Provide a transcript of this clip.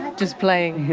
just playing!